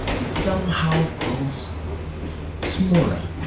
it somehow grows smaller